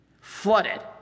flooded